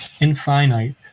infinite